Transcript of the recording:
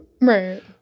Right